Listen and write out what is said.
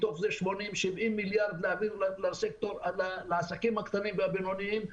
מתוך זה 70-80 מיליארד להעביר לעסקים הקטנים והבינוניים.